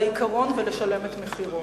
לעיקרון ולשלם את מחירו.